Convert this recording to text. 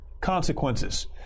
consequences